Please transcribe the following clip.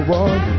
one